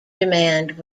demand